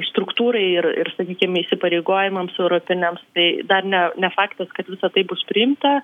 struktūrai ir ir sakykim įsipareigojimams europiniams tai dar ne ne faktas kad visa tai bus priimta